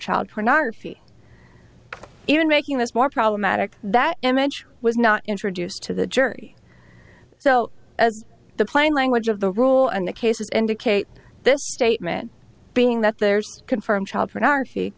child pornography even making this more problematic that image was not introduced to the jury so as the plain language of the rule and the cases indicate this statement being that there's confirmed child pornography